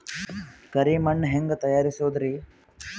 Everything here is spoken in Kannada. ಕರಿ ಮಣ್ ಹೆಂಗ್ ತಯಾರಸೋದರಿ?